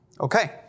Okay